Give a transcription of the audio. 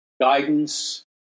Guidance